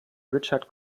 richard